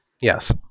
Yes